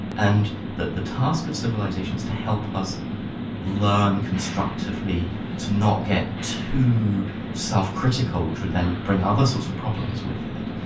and that the task of civilisation is to help us learn constructively to not get too self-critical, which would then bring other sorts of problems with it,